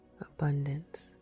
abundance